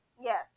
Yes